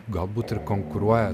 galbūt ir konkuruoja